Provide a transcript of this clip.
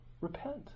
Repent